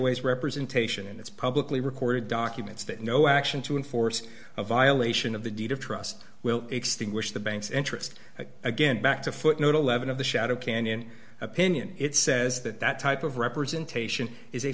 ways representation in its publicly recorded documents that no action to enforce a violation of the deed of trust will extinguish the bank's interest again back to footnote eleven of the shadow canyon opinion it says that that type of representation is a